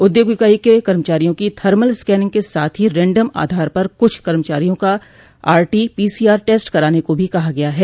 उद्योग इकाइयों के कर्मचारियों की थर्मल स्कैनिंग के साथ ही रेन्डम आधार पर कुछ कर्मचारियों का आरटी पीसीआर टेस्ट कराने को भी कहा गया है